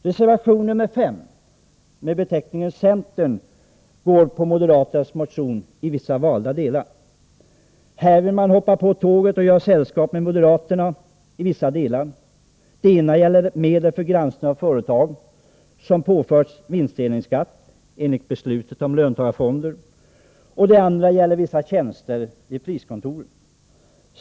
Reservation 5, som centern står bakom, ansluter sig till moderaternas motion i vissa valda delar, där man alltså vill hoppa på tåget och göra sällskap med moderaterna. Det gäller dels medel för granskning av företag som påförts vinstdelningsskatt enligt beslutet om löntagarfonder, dels vissa tjänster vid priskontoren.